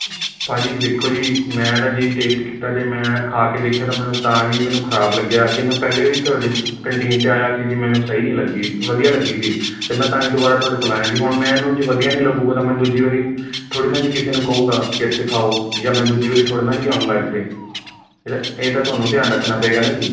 ਭਾਅ ਜੀ ਦੇਖੋ ਜੀ ਮੈਂ ਤਾਂ ਜੀ ਟੇਸਟ ਕੀਤਾ ਅਤੇ ਮੈਂ ਖਾ ਕੇ ਦੇਖਿਆ ਤਾਂ ਮੈਨੂੰ ਤਾਂ ਜੀ ਮੈਨੂੰ ਖਰਾਬ ਲੱਗਿਆ ਅੱਗੇ ਮੈਂ ਪਹਿਲੇ ਵੀ ਤੁਹਾਡੀ ਦੁ ਕੰਟੀਨ 'ਤੇ ਆਇਆ ਸੀ ਜੀ ਮੈਨੂੰ ਸਹੀ ਨਹੀਂ ਲੱਗੀ ਵਧੀਆ ਲੱਗੀ ਸੀ ਅਤੇ ਮੈਂ ਤਾਂ ਹੀ ਦੁਬਾਰਾ ਤੁਹਾਡੇ ਕੋਲ ਆਇਆਂ ਜੀ ਹੁਣ ਮੈਨੂੰ ਜੇ ਵਧੀਆ ਨਹੀਂ ਲੱਗੇਗਾ ਤਾਂ ਮੈਂ ਦੂਜੀ ਵਾਰੀ ਥੋੜ੍ਹੀ ਨਾ ਜੀ ਕਿਸੇ ਨੂੰ ਕਹੂੰਗਾ ਕਿ ਇੱਥੇ ਖਾਓ ਜਾਂ ਮੈਂ ਦੂਜੀ ਵਾਰੀ ਥੋੜ੍ਹੀ ਨਾ ਜੀ ਆਊਂਗਾ ਇੱਥੇ ਜਿਹੜਾ ਇਹ ਤਾਂ ਤੁਹਾਨੂੰ ਧਿਆਨ ਰੱਖਣਾ ਪਏਗਾ ਨਾ ਜੀ